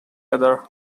other